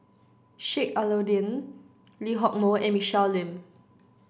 Sheik Alau'ddin Lee Hock Moh and Michelle Lim